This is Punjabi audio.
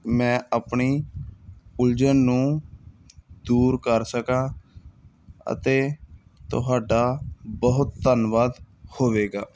ਮੈਂ ਆਪਣੀ ਉਲਝਣ ਨੂੰ ਦੂਰ ਕਰ ਸਕਾਂ ਅਤੇ ਤੁਹਾਡਾ ਬਹੁਤ ਧੰਨਵਾਦ ਹੋਵੇਗਾ